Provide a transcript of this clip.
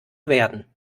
werden